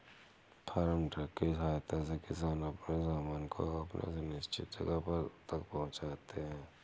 farm truck की सहायता से किसान अपने सामान को अपने निश्चित जगह तक पहुंचाते हैं